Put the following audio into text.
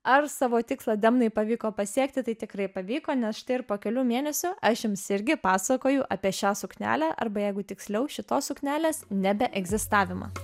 ar savo tikslą demnai pavyko pasiekti tai tikrai pavyko nes štai ir po kelių mėnesių aš jums irgi pasakoju apie šią suknelę arba jeigu tiksliau ši tos suknelės nebe egzistavimą